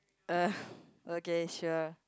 uh okay sure